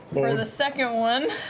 for the second one.